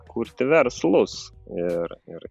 kurti verslus ir ir